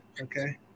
Okay